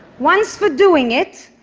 once for doing it,